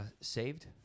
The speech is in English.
saved